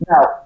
Now